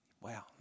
Wow